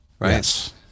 Yes